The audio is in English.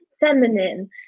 feminine